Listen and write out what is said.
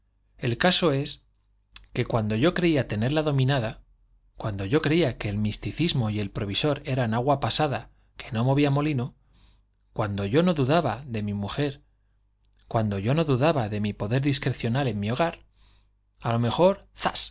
el caso es que cuando yo creía tenerla dominada cuando yo creía que el misticismo y el provisor eran agua pasada que no movía molino cuando yo no dudaba de mi poder discrecional en mi hogar a lo mejor